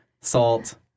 salt